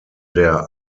der